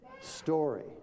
story